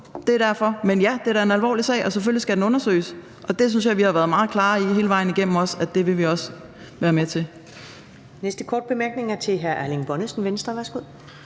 siger det. Men ja, det er da en alvorlig sag, og selvfølgelig skal den undersøges, og jeg synes, vi har været meget klare om hele vejen igennem, at det vil vi også være med til.